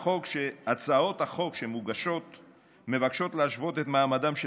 הצעות החוק שמוגשות מבקשות להשוות את מעמדם של